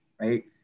right